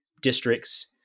districts